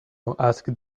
asked